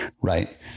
Right